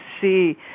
see